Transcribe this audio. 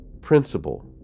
principle